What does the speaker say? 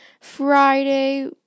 Friday